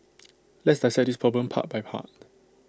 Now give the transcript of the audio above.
let's dissect this problem part by part